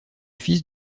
fils